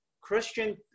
Christian